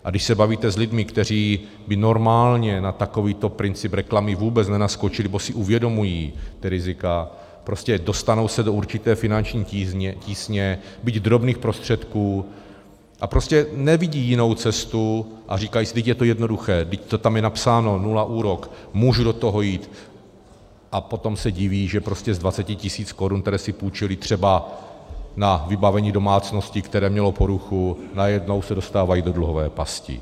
A když se bavíte s lidmi, kteří by normálně na takovýto princip reklamy vůbec nenaskočili, protože si uvědomují rizika, prostě dostanou se do určité finanční tísně, byť drobných prostředků, a prostě nevidí jinou cestu a říkají si, vždyť je to jednoduché, byť to tam je napsáno, nula úrok, můžu do toho jít, a potom se diví, že z dvaceti tisíc korun, které si půjčili třeba na vybavení domácnosti, které mělo poruchu, najednou se dostávají do dluhové pasti.